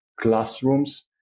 classrooms